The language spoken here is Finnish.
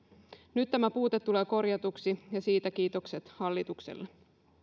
nyt tämä puute tulee korjatuksi ja siitä kiitokset hallitukselle